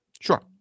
Sure